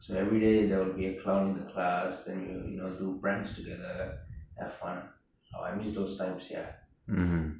so everyday there will be a clown in the class and we will you know do pranks together have fun !wah! I miss those times sia